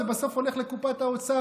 בסוף זה הולך לקופת האוצר,